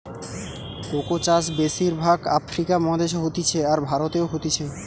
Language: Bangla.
কোকো চাষ বেশির ভাগ আফ্রিকা মহাদেশে হতিছে, আর ভারতেও হতিছে